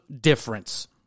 difference